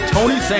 Tony